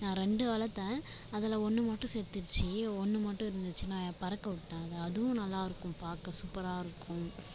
நான் ரெண்டு வளர்த்தேன் அதில் ஒன்று மட்டும் செத்துருச்சு ஒன்று மட்டும் இருந்துச்சு நான் பறக்க விட்டுட்டேன் அதை அதுவும் நல்லாயிருக்கும் பார்க்க சூப்பராக இருக்கும்